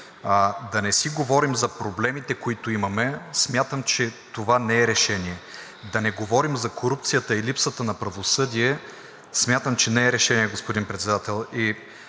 Да не си говорим за проблемите, които имаме, смятам, че това не е решение, да не говорим за корупцията и липсата на правосъдие, смятам, че не е решение, господин Председател.